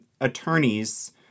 attorneys